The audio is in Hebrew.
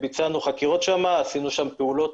ביצענו שם חקירות ועשינו פעולות,